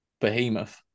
Behemoth